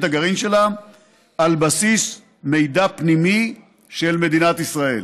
הגרעין שלה על בסיס מידע פנימי של מדינת ישראל.